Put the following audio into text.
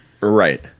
right